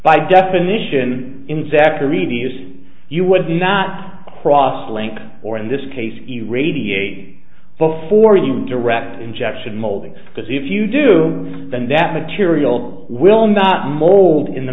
reduce you would not cross link or in this case you radiate before you direct injection molding because if you do then that material will not mold in the